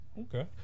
Okay